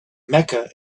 mecca